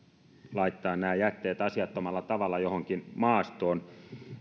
laittaa nämä jätteet asiattomalla tavalla johonkin maastoon